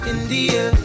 India